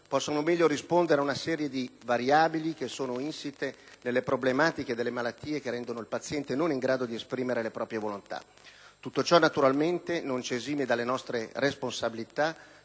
possano meglio rispondere a una serie di variabili che sono insite nelle problematiche delle malattie che rendono il paziente non in grado di esprimere le proprie volontà. Tutto ciò, naturalmente, non ci esime dalle nostre responsabilità